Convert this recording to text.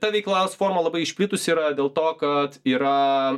ta veiklos forma labai išplitusi yra dėl to kad yra